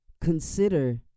consider